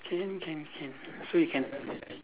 can can can so you can